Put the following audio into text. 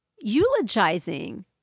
eulogizing